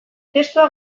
testua